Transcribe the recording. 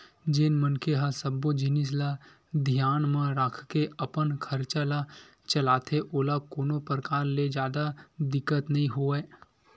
जेन मनखे ह सब्बो जिनिस ल धियान म राखके अपन खरचा ल चलाथे ओला कोनो परकार ले जादा दिक्कत नइ होवय